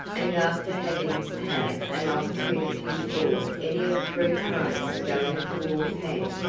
and after having had an opportunity to board any of three trains going toward camp,